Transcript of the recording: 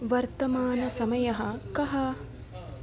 वर्तमानसमयः कः